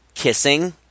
Kissing